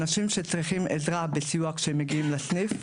אנשים שצריכים עזרה בסיוע כשהם מגיעים לסניף.